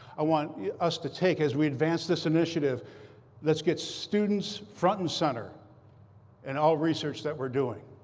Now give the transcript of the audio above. i want us to take, as we advance this initiative let's get students front and center in all research that we're doing.